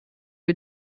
wir